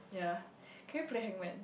ya can you play hangman